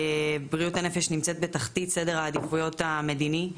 בריאות הנפש נמצאת בתחתית סדר העדיפויות המדיני,